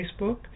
Facebook